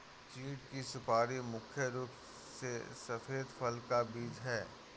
चीढ़ की सुपारी मुख्य रूप से सफेद फल का बीज है